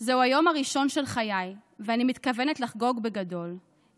"זהו היום הראשון של חיי / ואני מתכוונת לחגוג בגדול /